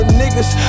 niggas